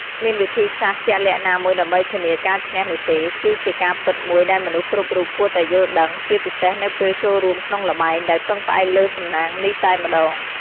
គ្មានវិធីសាស្រ្តជាក់លាក់ណាមួយដើម្បីធានាការឈ្នះនោះទេ គឺជាការពិតមួយដែលមនុស្សគ្រប់រូបគួរតែយល់ដឹង ជាពិសេសនៅពេលចូលរួមក្នុងល្បែងដែលពឹងផ្អែកលើសំណាងនេះតែម្តង។